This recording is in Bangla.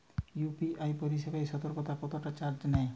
ইউ.পি.আই পরিসেবায় সতকরা কতটাকা চার্জ নেয়?